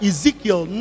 Ezekiel